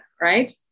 right